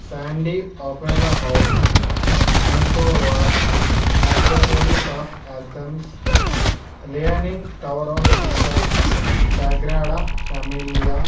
Sydney opera house Angkor Wat Acropolis of Athens leaning tower of Pisa Sagrada Familia